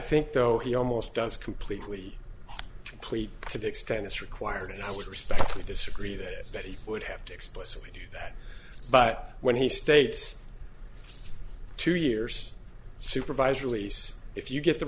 think though he almost does completely complete to the extent it's required and i would respectfully disagree that that he would have to explicitly do that but when he states two years supervisor lease if you get the